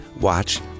Watch